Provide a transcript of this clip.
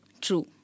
True